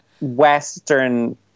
western